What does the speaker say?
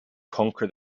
conquer